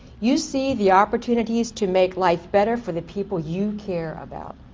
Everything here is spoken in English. you see the opportunities to make life better for the people you care about.